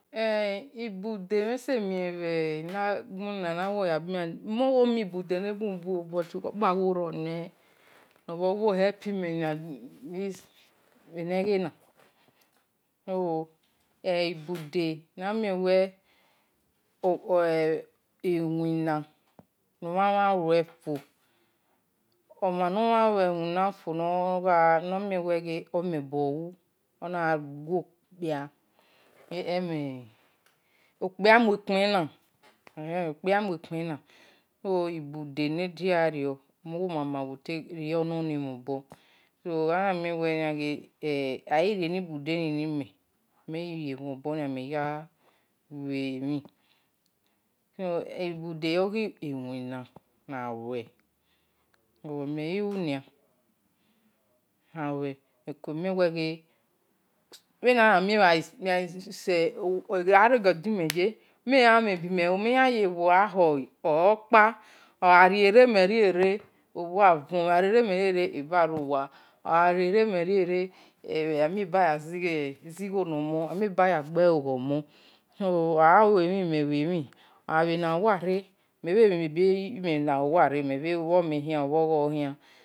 Eh ibude ni me se mien bhe nagbona namoh-ya bimen, mowo mi ibude no bun-bun buti okpi-kpa ro no wo helpi men bhe negena, ibude aniwe iwina, nomhan gha lue fo omhan nemhen iwina, onagha guokpia, okpia mue kpen na so ibude nodia rie, rien ibude ni ni-mhen, mawo ya lue mhen so ibude ogi-iwina na lue bhe na-na mien ghe mhen gha ri egi o dime ye me bhe gha mhen ebi mhen lu, me yanye gha khohe okpa ogha rie-re, merie re owa wion, ogha rie re mhen riere eba nowa ani ebaya zi-igho no mon amie, baya gbelo gho omon so ogha lue-mhien, mhen lue mhin, me bhe mie-ebe yimena-hioware mebhe luo mhen hian luo gho-hian.